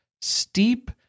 steep